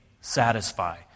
satisfy